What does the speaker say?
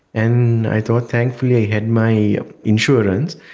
and i thought thankfully i had my insurance,